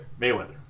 Mayweather